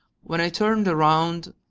when i turned around,